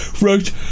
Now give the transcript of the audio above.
wrote